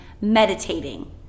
meditating